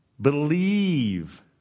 Believe